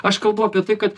aš kalbu apie tai kad